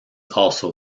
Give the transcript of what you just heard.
also